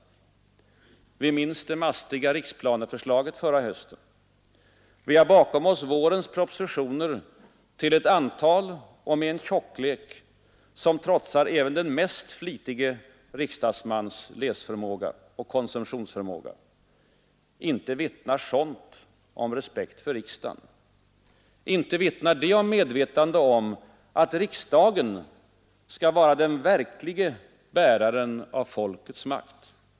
Vi minns det mastiga riksplaneförslaget förra hösten, och vi har bakom oss vårens propositioner till ett antal och med en tjocklek som trotsar även den mest flitige riksdagsmans läsoch konsumtionsförmåga. Inte vittnar sådant om respekt för riksdagen. Inte vittnar det om medvetande om att riksdagen skall vara den verklige bäraren av folkets makt.